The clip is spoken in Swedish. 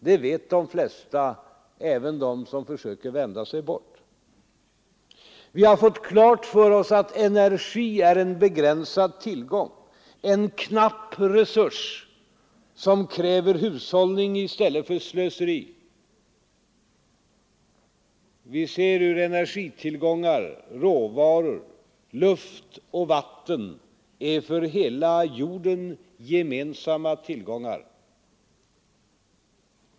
Det vet de flesta, även de som försöker vända sig bort. Vi har fått klart för oss att energi är en begränsad tillgång, en knapp resurs som kräver hushållning i stället för slöseri. Vi ser hur energitillgångar, råvaror, luft och vatten är för hela jorden gemensamma tillgångar.